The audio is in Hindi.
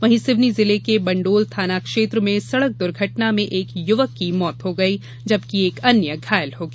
वहीं सिवनी जिले के बंडोल थाना क्षेत्र में सड़क दुर्घटना में एक युवक की मौत हो गई जबकि एक अन्य घायल हो गया